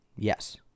Yes